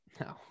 No